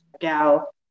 gal